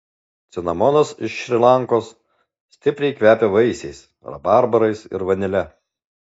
cinamonas iš šri lankos stipriai kvepia vaisiais rabarbarais ir vanile